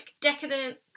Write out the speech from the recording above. decadent